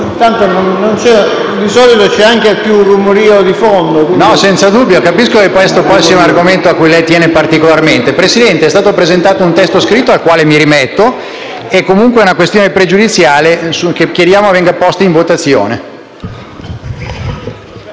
di solito c'è anche più rumore di fondo. CANDIANI *(LN-Aut)*. Senza dubbio, capisco che questo poi sia un argomento a cui lei tiene particolarmente. È stato presentato un testo scritto, al quale mi rimetto, che illustra la questione pregiudiziale che chiediamo venga posta in votazione.